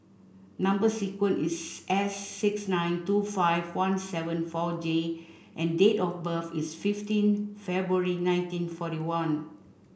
number sequence is S six nine two five one seven four J and date of birth is fifteen February nineteen forty one